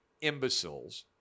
imbeciles